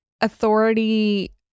authority